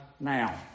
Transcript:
now